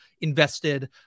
invested